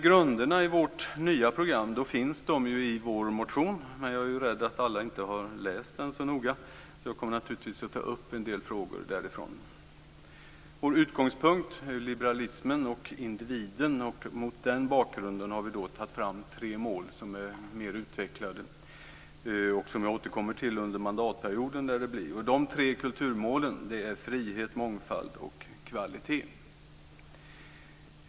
Grunderna i vårt nya program finns i vår motion, men jag är rädd att alla inte har läst den så noga. Jag kommer naturligtvis att ta upp en del frågor i den. Vår utgångspunkt är liberalismen och individen, och mot den bakgrunden har vi tagit fram tre mål som är mer utvecklade och som jag återkommer till under mandatperioden. De tre kulturmålen är frihet, mångfald och kvalitet.